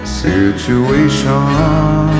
situation